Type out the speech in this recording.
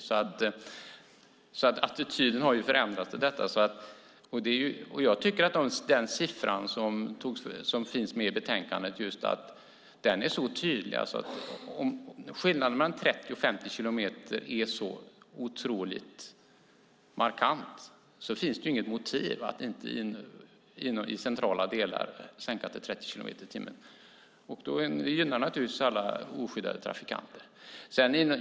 Men attityden till detta har förändrats. Jag tycker att de siffror som finns med i betänkandet är så tydliga. Om skillnaden mellan 30 och 50 kilometer är så otroligt markant finns det inget motiv för att i centrala delar inte sänka hastigheten till 30 kilometer i timmen. Det gynnar naturligtvis alla oskyddade trafikanter.